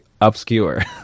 obscure